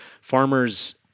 farmers